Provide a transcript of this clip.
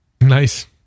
Nice